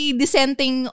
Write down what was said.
dissenting